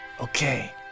Okay